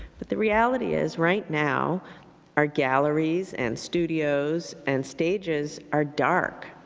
but the reality is, right now our galleries and studios and stages are dark.